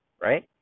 right